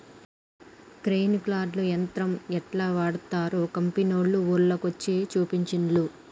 grain cart యంత్రం యెట్లా వాడ్తరో కంపెనోళ్లు ఊర్ల కొచ్చి చూపించిన్లు